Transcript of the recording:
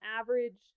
average